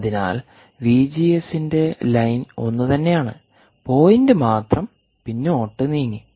അതിനാൽ വിജിഎസിന്റെ ലൈൻ ഒന്ന് തന്നെ ആണ് പോയിന്റ് മാത്രം പിന്നോട്ട് നീങ്ങി